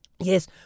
yes